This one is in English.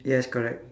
yes correct